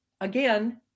again